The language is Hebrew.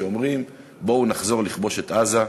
שאומרים: בואו נחזור לכבוש את עזה,